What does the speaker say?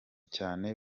cyane